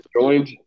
Joined